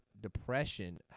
depression